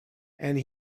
and